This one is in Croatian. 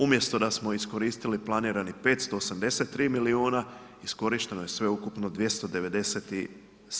Umjesto da smo iskoristili planiranih 583 milijuna, iskorišteno je sveukupno 297.